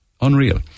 Unreal